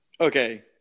okay